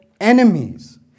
enemies